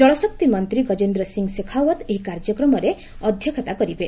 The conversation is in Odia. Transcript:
ଜଳଶକ୍ତି ମନ୍ତ୍ରୀ ଗଜେନ୍ଦ୍ର ସି ଶେଖାଓ୍ୱତ ଏହି କାର୍ଯ୍ୟକ୍ରମରେ ଅଧ୍ୟକ୍ଷତା କରିବେ